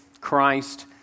Christ